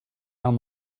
down